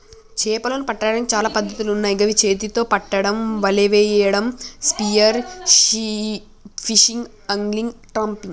చేపలను పట్టడానికి చాలా పద్ధతులున్నాయ్ గవి చేతితొ పట్టడం, వలేయడం, స్పియర్ ఫిషింగ్, ఆంగ్లిగ్, ట్రాపింగ్